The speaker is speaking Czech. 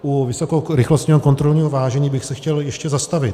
U vysokorychlostního kontrolního vážení bych se chtěl ještě zastavit.